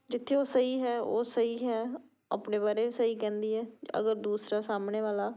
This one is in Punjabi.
ਜਿੱਥੇ ਉਹ ਸਹੀ ਹੈ ਉਹ ਸਹੀ ਹੈ ਆਪਣੇ ਬਾਰੇ ਸਹੀ ਕਹਿੰਦੀ ਹੈ ਅਗਰ ਦੂਸਰਾ ਸਾਹਮਣੇ ਵਾਲਾ